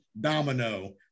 domino